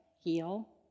heal